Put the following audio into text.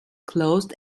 closed